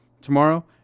tomorrow